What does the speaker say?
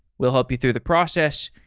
we'll help you through the process,